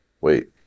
Wait